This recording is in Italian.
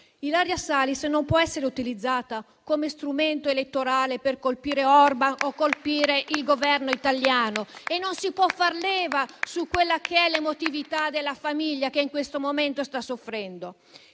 Ilaria Salis non può essere utilizzata come strumento elettorale per colpire Orban o il Governo italiano, e non si può far leva su quella che è l'emotività della famiglia che in questo momento sta soffrendo.